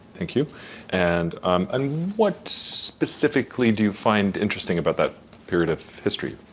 thank you and um and what specifically do you find interesting about that period of history.